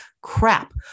crap